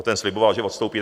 Ten sliboval, že odstoupí.